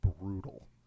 brutal